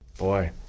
Boy